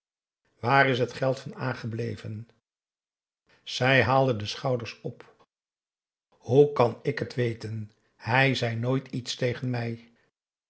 waar is het geld van a gebleven zij haalde de schouders op hoe kan ik het weten hij zei nooit iets tegen mij